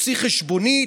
מוציא חשבונית.